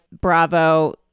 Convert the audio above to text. Bravo